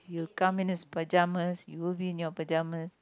he will come in his pajamas you will be in your pajamas